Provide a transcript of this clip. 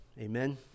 Amen